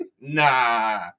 Nah